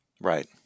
Right